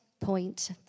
point